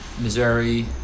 Missouri